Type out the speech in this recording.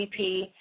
GDP